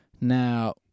Now